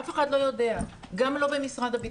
אף אחד לא יודע, גם לא במשרד הביטחון.